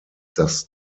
das